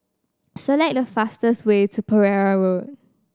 select the fastest way to Pereira Road